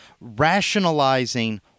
rationalizing